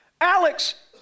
Alex